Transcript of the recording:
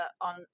on